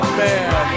man